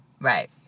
Right